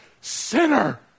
sinner